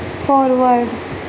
forward